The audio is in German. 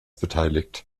beteiligt